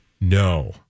No